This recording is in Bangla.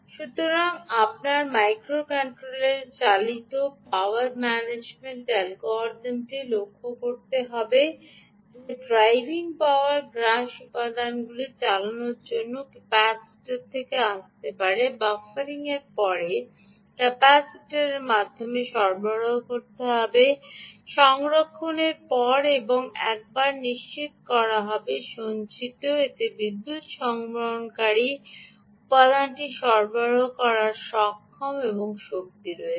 সুতরাং আপনার মাইক্রো কন্ট্রোলারে চালিত পাওয়ার ম্যানেজমেন্ট অ্যালগরিদমটি লক্ষ্য করতে হবে যে ড্রাইভিং পাওয়ার গ্রাসকারী উপাদানগুলি চালনার জন্য ক্যাপাসিটর থেকে আসতে হবে বাফারিংয়ের পরে ক্যাপাসিটরের মাধ্যমে সরবরাহ করতে হবে সংরক্ষণের পরে এবং একবার নিশ্চিত করা হবে সঞ্চিত এতে বিদ্যুৎ গ্রহণকারী উপাদানটির সরবরাহ করার ক্ষমতা এবং শক্তি রয়েছে